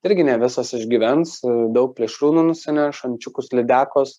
irgi ne visos išgyvens daug plėšrūnų nusineša ančiukus lydekos